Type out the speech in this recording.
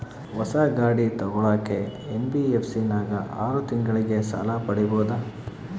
ಹೊಸ ಗಾಡಿ ತೋಗೊಳಕ್ಕೆ ಎನ್.ಬಿ.ಎಫ್.ಸಿ ನಾಗ ಆರು ತಿಂಗಳಿಗೆ ಸಾಲ ಪಡೇಬೋದ?